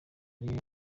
ari